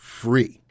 free